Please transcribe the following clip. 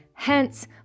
Hence